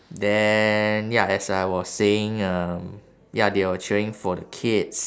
then ya as I was saying um ya they were cheering for the kids